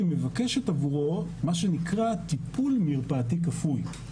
היא מבקשת עבורו מה שנקרא טיפול מרפאתי כפוי.